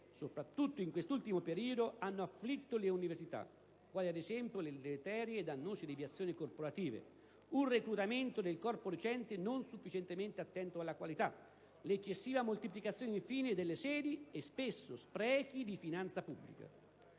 soprattutto in quest'ultimo periodo, hanno afflitto le università, quali ad esempio le deleterie e dannose deviazioni corporative, un reclutamento del corpo docente non sufficientemente attento alla qualità, l'eccessiva moltiplicazione delle sedi e, spesso, sprechi di finanza pubblica.